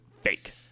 fake